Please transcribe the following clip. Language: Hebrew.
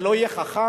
זה לא יהיה חכם,